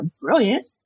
brilliant